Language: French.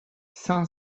cinq